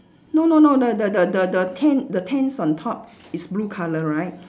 no no no the the the the tent the tents on top is blue colour right